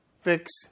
fix